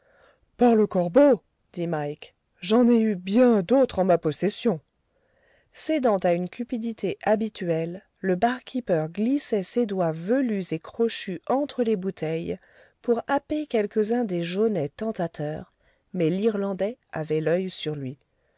par le corbeau dit mike j'en ai eu bien d'autres en ma possession cédant à une cupidité habituelle le bar keeper glissait ses doigts velus et crochus entre les bouteilles pour happer quelques-uns des jaunets tentateurs mais l'irlandais avait l'oeil sur lui